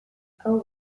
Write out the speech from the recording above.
hau